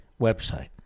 website